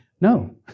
No